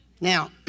Now